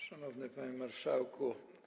Szanowny Panie Marszałku!